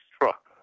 truck